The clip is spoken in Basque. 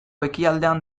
ekialdean